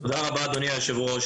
תודה רבה אדוני היו"ר,